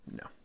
No